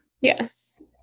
Yes